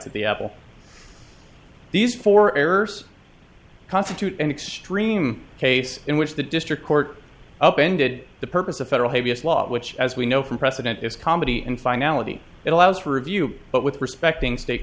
apple these four errors constitute an extreme case in which the district court up ended the purpose of federal habeas law which as we know from precedent is comedy and finality that allows for review but with respecting state